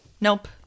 nope